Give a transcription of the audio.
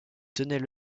tenaient